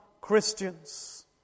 Christians